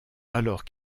alors